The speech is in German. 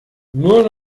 nur